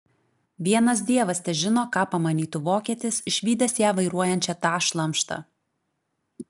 vienas dievas težino ką pamanytų vokietis išvydęs ją vairuojančią tą šlamštą